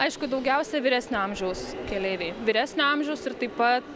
aišku daugiausia vyresnio amžiaus keleiviai vyresnio amžiaus ir taip pat